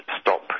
stop